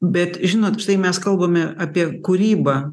bet žinot štai mes kalbame apie kūrybą